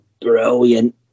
brilliant